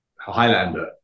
Highlander